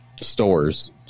stores